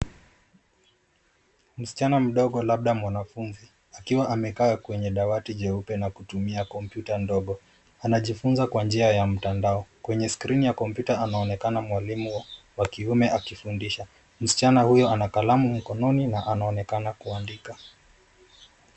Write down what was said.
Msichana mdogo labda mwanafunzi akiwa amekaa kwenye dawati jeupe na kutumia kompyuta ndogo. Anajifunza kwa njia ya mtandao . Kwenye skirini ya kompyuta anaonekana mwalimu wa kiume akimfundisha. Msichana huyo ana kalamu mkononi na anaonekana kuandika.